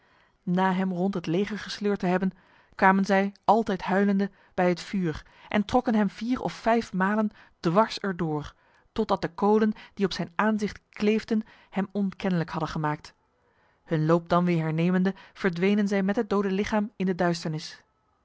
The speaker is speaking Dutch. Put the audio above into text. na hem rond het leger gesleurd te hebben kwamen zij altijd huilende bij het vuur en trokken hem vier of vijf malen dwars erdoor totdat de kolen die op zijn aanzicht kleefden hem onkennelijk hadden gemaakt hun loop dan weer hernemende verdwenen zij met het dode lichaam in de duisternis